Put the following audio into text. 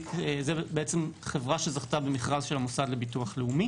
זה חברה שזכתה במכרז של המוסד לביטוח לאומי